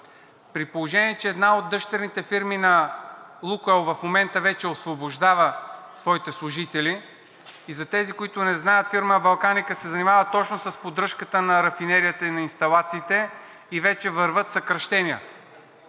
При положение че една от дъщерните фирми на „Лукойл“ в момента вече освобождава своите служители и за тези, които не знаят – фирма „Балканика“ се занимава точно с поддръжката на рафинерията и на инсталациите и вече вървят съкращения.